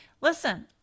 Listen